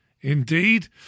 Indeed